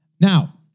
Now